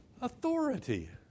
authority